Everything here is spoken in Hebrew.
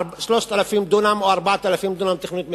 3,000 דונם או 4,000 דונם תוכניות מיתאר.